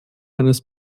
eines